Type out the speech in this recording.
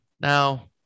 Now